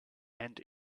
and